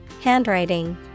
Handwriting